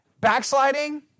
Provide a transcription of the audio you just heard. Backsliding